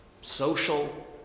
social